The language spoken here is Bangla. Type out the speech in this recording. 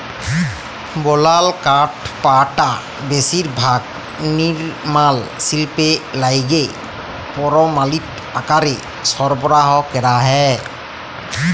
বলাল কাঠপাটা বেশিরভাগ লিরমাল শিল্পে লাইগে পরমালিত আকারে সরবরাহ ক্যরা হ্যয়